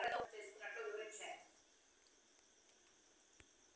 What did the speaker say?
ఈ mortgage నేరాలు ఎక్కువగా పెడరల్ లేదా రాష్ట్ర కోర్టుల్ల విచారిస్తాండారు